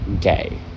gay